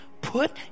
put